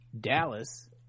Dallas